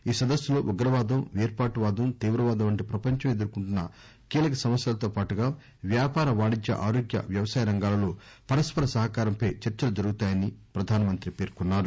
ఈ సదస్సులో ఉగ్రవాదం పేర్పాటువాదం తీవ్రవాదం వంటి ప్రపంచం ఎదుర్చొంటున్న కీలక సమస్యలతో పాటుగా వ్యాపార వాణిజ్య ఆరోగ్య వ్యవసాయ రంగాలలో పరస్పర సహకారంపై చర్చలు జరుగుతాయని పేర్కొన్నారు